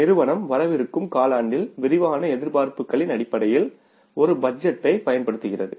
நிறுவனம் வரவிருக்கும் காலாண்டில் விரிவான எதிர்பார்ப்புகளின் அடிப்படையில் ஒரு பட்ஜெட்டைப் பயன்படுத்துகிறது